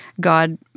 God